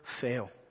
fail